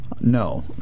No